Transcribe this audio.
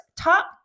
top